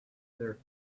their